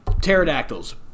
pterodactyls